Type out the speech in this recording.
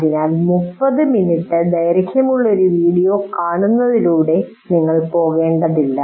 അതിനാൽ 30 മിനിറ്റ് ദൈർഘ്യമുള്ള വീഡിയോ കാണുന്നതിലൂടെ നിങ്ങൾ പോകേണ്ടതില്ല